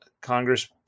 Congress